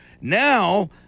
now